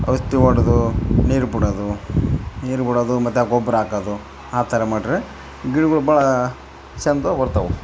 ಔಷ್ಧಿ ಹೊಡ್ದು ನೀರು ಬಿಡೋದು ನೀರು ಬಿಡೋದು ಮತ್ತೆ ಆ ಗೊಬ್ರ ಹಾಕೋದು ಆ ಥರ ಮಾಡ್ರೆ ಗಿಡ್ಗಳು ಭಾಳ ಚೆಂದ ಬರ್ತಾವೆ